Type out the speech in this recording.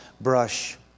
brush